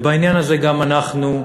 ובעניין הזה, גם אנחנו,